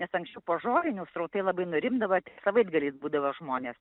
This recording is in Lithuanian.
nes anksčiau po žolinių srautai labai nurimdavo savaitgaliais būdavo žmonės